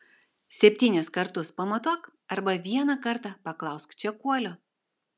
septynis kartus pamatuok arba vieną kartą paklausk čekuolio